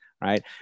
Right